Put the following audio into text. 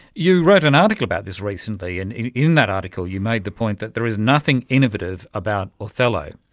you wrote an article about this recently, and in in that article you made the point that there is nothing innovative about othello.